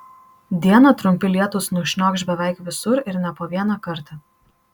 dieną trumpi lietūs nušniokš beveik visur ir ne po vieną kartą